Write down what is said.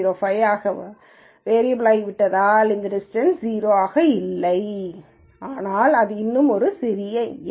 05 ஆகவும் வேரியபல் விட்டதால் இந்த டிஸ்டன்ஸ் 0 இல்லை ஆனால் அது இன்னும் ஒரு சிறிய எண்